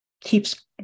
keeps